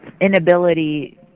inability